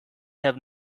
have